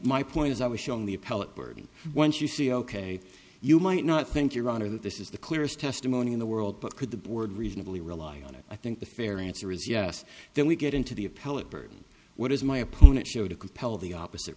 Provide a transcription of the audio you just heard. my point is i was shown the appellate burden once you see ok you might not think your honor that this is the clearest testimony in the world but could the board reasonably rely on it i think the fair answer is yes then we get into the appellate burden what is my opponent so to compel the opposite